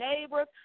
neighbors